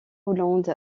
hollande